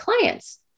clients